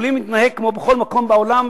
יכולים להתנהג כמו בכל מקום בעולם,